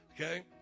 okay